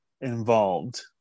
involved